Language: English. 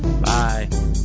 Bye